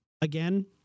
Again